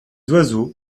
oiseaux